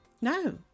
No